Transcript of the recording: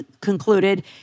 concluded